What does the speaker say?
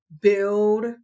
build